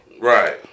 Right